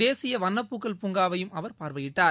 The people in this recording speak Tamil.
தேசிய வண்ணப்பூக்கள் பூங்காவையும் அவர் பார்வையிட்டார்